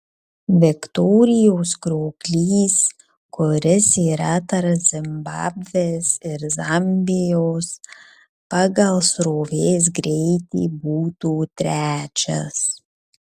viktorijos krioklys kuris yra tarp zimbabvės ir zambijos pagal srovės greitį būtų trečias